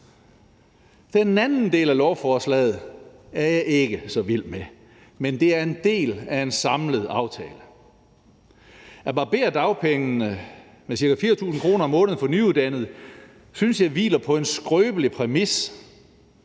Den anden del af lovforslaget er jeg ikke så vild med, men det er en del af en samlet aftale. At barbere dagpengene med ca. 4.000 kr. om måneden for nyuddannede synes jeg hviler på en skrøbelig præmis,